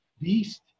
beast